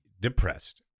depressed